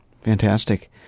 fantastic